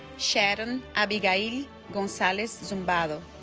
sharon abigail gonzalez zumbado